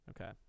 Okay